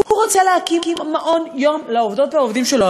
הוא רוצה להקים מעון-יום לעובדות ולעובדים שלו,